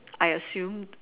I assumed